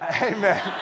Amen